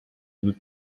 nous